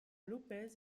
lopez